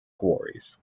quarries